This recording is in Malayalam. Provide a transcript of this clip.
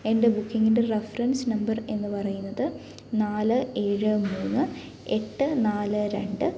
എൻ്റെ ബുക്കിംങ്ങിൻ്റെ റഫറൻസ് നമ്പർ എന്ന് പറയുന്നത് നാല് ഏഴ് മൂന്ന് എട്ട് നാല് രണ്ട്